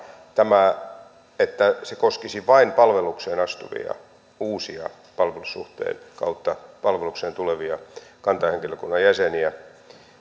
tämä että se koskisi vain palvelukseen astuvia uusia palvelussuhteen kautta palvelukseen tulevia kantahenkilökunnan jäseniä